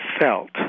felt